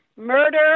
Murder